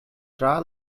tra